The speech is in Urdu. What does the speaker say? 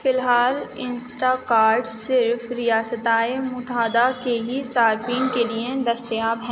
فی الحال انسٹا کارٹ صرف ریاستہائے متحدہ کے ہی صارفین کے لیے دستیاب ہیں